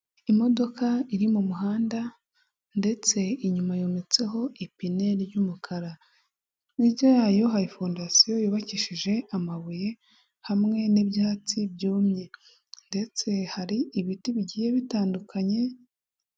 Imodoka iri mu muhanda ndetse inyuma yometseho ipine ry'umukara. Hirya yayo hari fondasiyo yubakishije amabuye hamwe n'ibyatsi byumye ndetse hari ibiti bigiye bitandukanye